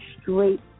straight